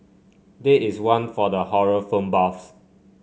did is one for the horror film buffs